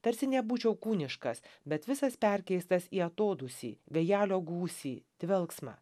tarsi nebūčiau kūniškas bet visas perkeistas į atodūsį vėjelio gūsį dvelksmą